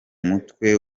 mutwe